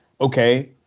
okay